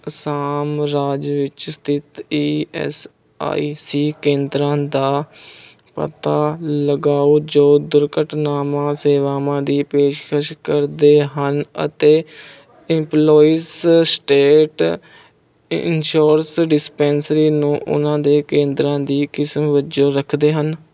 ਅਸਾਮ ਰਾਜ ਵਿੱਚ ਸਥਿਤ ਈ ਐੱਸ ਆਈ ਸੀ ਕੇਂਦਰਾਂ ਦਾ ਪਤਾ ਲਗਾਓ ਜੋ ਦੁਰਘਟਨਾਵਾਂ ਸੇਵਾਵਾਂ ਦੀ ਪੇਸ਼ਕਸ਼ ਕਰਦੇ ਹਨ ਅਤੇ ਇੰਪਲੋਇਸ ਸਟੇਟ ਇੰਸ਼ੋਰੈਸ ਡਿੰਸਪੈਂਸਰੀ ਨੂੰ ਉਹਨਾਂ ਦੇ ਕੇਂਦਰਾਂ ਦੀ ਕਿਸਮ ਵਜੋਂ ਰੱਖਦੇ ਹਨ